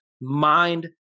mind